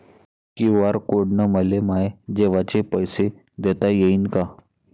QR code न मले माये जेवाचे पैसे देता येईन का?